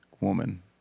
woman